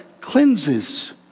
cleanses